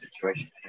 situation